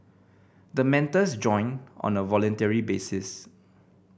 the mentors join on a voluntary basis